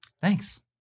Thanks